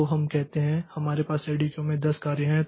तो हम कहते हैं तो हमारे पास रेडी क्यू में 10 कार्य हैं